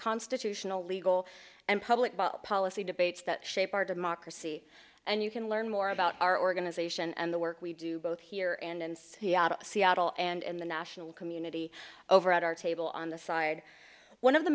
constitutional legal and public policy debates that shape our democracy and you can learn more about our organization and the work we do both here and in seattle seattle and the national community over at our table on the side one of the